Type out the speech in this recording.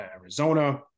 Arizona